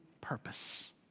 purpose